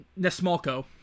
Nesmalko